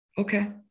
Okay